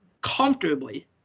comfortably